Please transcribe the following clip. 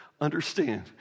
understand